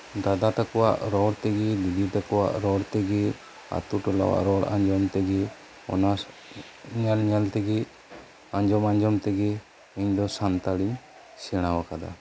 ᱫᱟᱫᱟ ᱛᱟᱠᱚᱣᱟᱜ ᱨᱚᱲ ᱛᱮᱜᱮ ᱫᱤᱫᱤ ᱛᱟᱠᱚᱣᱟᱜ ᱨᱚᱲᱛᱮᱜᱮ ᱟᱛᱳ ᱴᱚᱞᱟᱣᱟᱜ ᱨᱚᱲ ᱟᱸᱡᱚᱢ ᱛᱮᱜᱮ ᱚᱱᱟ ᱧᱮᱞ ᱧᱮᱞ ᱛᱮᱜᱮ ᱟᱸᱡᱚᱢ ᱟᱸᱡᱚᱢ ᱛᱮ ᱜᱮ ᱥᱟᱱᱛᱟᱲᱤᱧ ᱥᱮᱬᱟ ᱟᱠᱟᱫᱟ